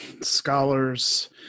scholars